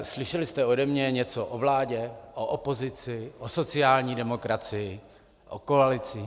Slyšeli jste ode mě něco o vládě, o opozici, o sociální demokracii, o koalici?